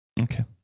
Okay